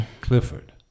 Clifford